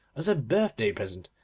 as a birthday present,